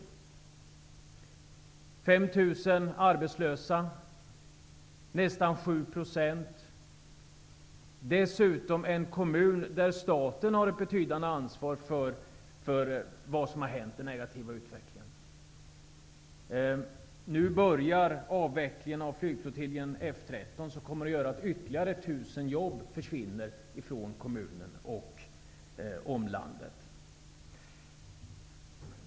Där finns 5 000 arbetslösa, nästan 7 %. I den kommunen har dessutom staten ett betydande ansvar för den negativa utvecklingen. Nu börjar avvecklingen för flygflottiljen F13, vilket kommer att medföra att ytterligare 1 000 arbeten försvinner från kommunen och dess omland.